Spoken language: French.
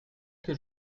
que